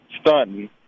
stunting